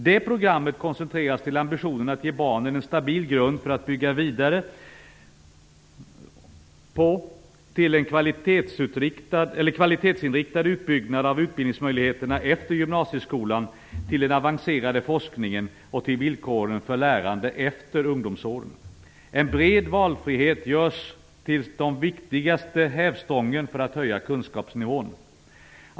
Det programmet koncentreras till ambitionen att ge barnen en stabil grund att bygga vidare på, till en kvalitetsinriktad utbyggnad av utbildningsmöjligheterna efter gymnasieskolan, till den avancerade forskningen och till villkoren för lärande efter ungdomsåren. En bred valfrihet görs till den viktigaste hävstången för att höja kunskapsnivån.